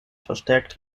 verstärkt